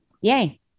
yay